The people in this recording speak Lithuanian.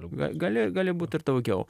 gal gali gali būti ir daugiau